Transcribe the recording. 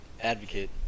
advocate